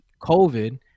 covid